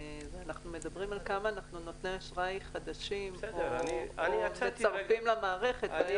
אנחנו מדברים על כמה נותני אשראי חדשים או מצטרפים למערכת.